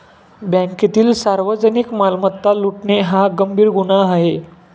बँकेतील सार्वजनिक मालमत्ता लुटणे हा गंभीर गुन्हा आहे